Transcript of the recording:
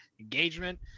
engagement